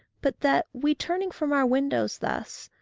but that, we turning from our windows thus,